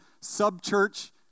sub-church